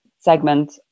segment